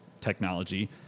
technology